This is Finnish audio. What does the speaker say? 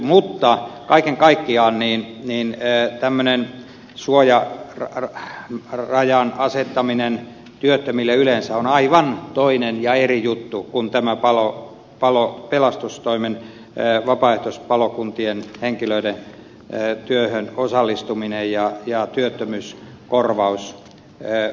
mutta kaiken kaikkiaan tämmöisen suojarajan asettaminen työttömille yleensä on aivan toinen ja eri juttu kuin tämä pelastustoimen vapaaehtoispalokuntien henkilöiden työhön osallistuminen ja työttömyyskorvaus